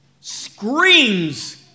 screams